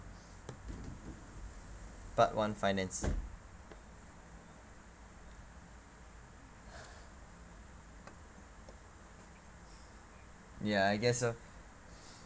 part one finance ya I guess so